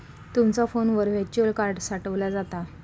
तुमचा फोनवर virtual card साठवला जाता